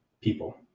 people